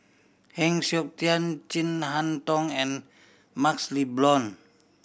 Heng Siok Tian Chin Harn Tong and MaxLe Blond